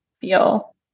feel